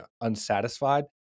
unsatisfied